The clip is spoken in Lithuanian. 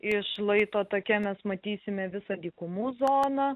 iš šlaito take mes matysime visą dykumų zoną